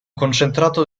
concentrato